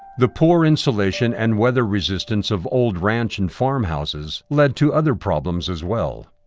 the poor insulation and weather resistance of old ranch and farm houses led to other problems, as well.